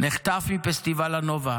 הוא נחטף מפסטיבל הנובה